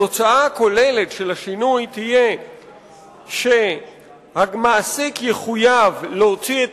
התוצאה הכוללת של השינוי תהיה שהמעסיק יחויב להוציא את